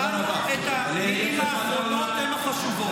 שמענו את המילים האחרונות, והן החשובות.